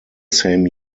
same